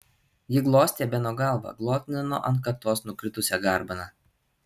ji glostė beno galvą glotnino ant kaktos nukritusią garbaną